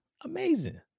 amazing